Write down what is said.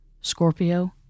Scorpio